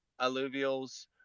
alluvials